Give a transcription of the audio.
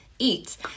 eat